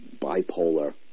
bipolar